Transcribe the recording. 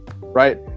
right